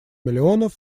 миллионов